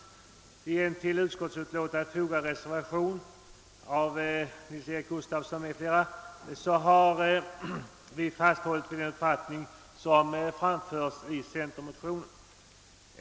I en till utskottsutlåtandet fogad reservation av herr Nils-Eric Gustafsson m.fl. har vi fasthållit vid den i centermotionen framförda uppfattningen.